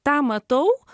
tą matau